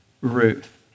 Ruth